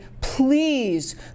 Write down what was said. please